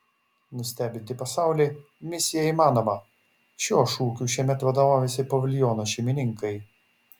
nustebinti pasaulį misija įmanoma šiuo šūkiu šiemet vadovaujasi paviljono šeimininkai